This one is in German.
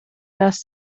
das